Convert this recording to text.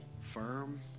firm